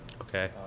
Okay